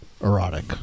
erotic